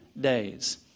days